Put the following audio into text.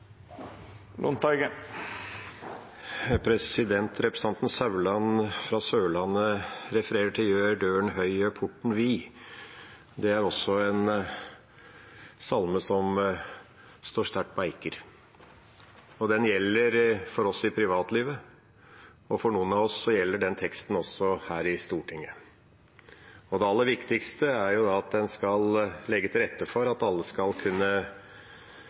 Representanten Saudland fra Sørlandet refererer til «Gjør døren høy, gjør porten vid». Det er en salme som også står sterkt på Eiker. Den gjelder for oss i privatlivet, og for noen av oss gjelder den teksten også her i Stortinget. Det aller viktigste er at en skal legge til rette for at alle skal kunne